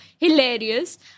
hilarious